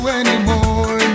anymore